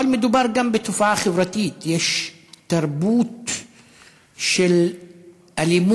אבל מדובר גם בתופעה חברתית: יש תרבות של אלימות,